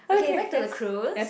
okay back to the cruise